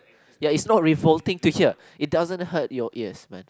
ya is not revolting to hear it doesn't hurt your ears